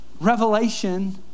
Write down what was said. revelation